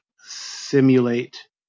Simulate